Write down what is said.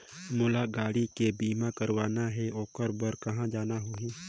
मोला गाड़ी के बीमा कराना हे ओकर बार कहा जाना होही?